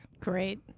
great